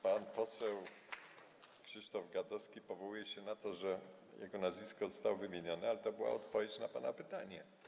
Pan poseł Krzysztof Gadowski powołuje się na to, że jego nazwisko zostało wymienione, ale to była odpowiedź na pana pytanie.